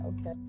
okay